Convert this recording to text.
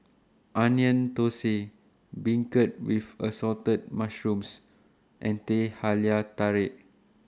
Onion Thosai Beancurd with Assorted Mushrooms and Teh Halia Tarik